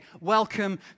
welcome